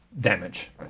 damage